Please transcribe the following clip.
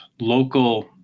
local